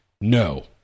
No